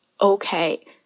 okay